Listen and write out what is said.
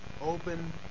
open